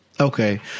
Okay